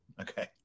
Okay